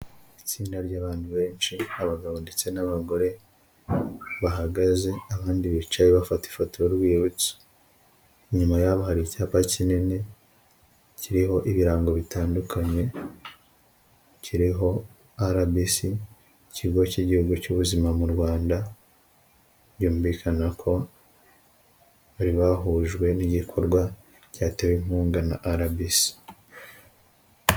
Itsinda ry'abantu benshi abagabo ndetse n'abagore, bahagaze abandi bicaye bafata ifoto y'urwibutso, inyuma yabo hari icyapa kinini, kiriho ibirango bitandukanye, kiho RBC (Ikigo k'Igihugu cy'Ubuzima mu Rwanda) byumvikana ko bari bahujwe n'igikorwa cyatewe inkunga na RBC.